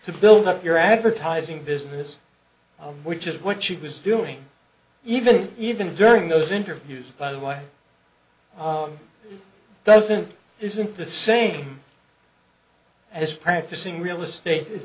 to build up your advertising business which is what she was doing even even during those interviews by the way doesn't this isn't the same as practicing real estate it